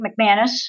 McManus